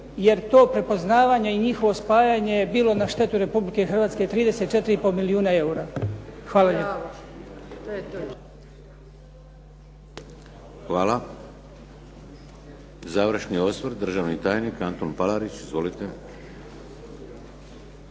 jer to prepoznavanje i njihovo spajanje je bilo na štetu Republike Hrvatske 34 i pol milijuna eura. **Šeks, Vladimir (HDZ)** Hvala. Završni osvrt, državni tajnik Antun Palarić. Izvolite.